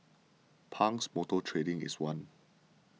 Pang's Motor Trading is one